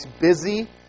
busy